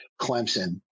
Clemson